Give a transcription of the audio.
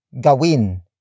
Gawin